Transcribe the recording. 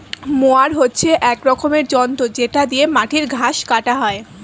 mower হচ্ছে এক রকমের যন্ত্র যেটা দিয়ে মাটির ঘাস কাটা হয়